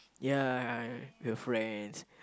ya girlfriends